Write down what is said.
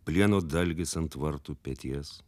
plieno dalgis ant vartų peties